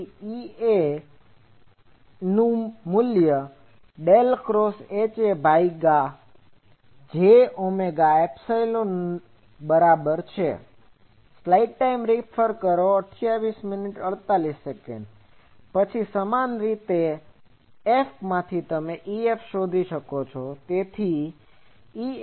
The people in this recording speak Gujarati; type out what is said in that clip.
તેથીEAHAJωϵ EA એ ડેલ ક્રોસ HA ભાગ્યા J ઓમેગા એપ્સીલોન બરાબર છે પછી સમાન રીતે Fમાંથી EF શોધી શકાય